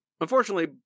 unfortunately